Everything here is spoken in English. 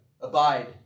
abide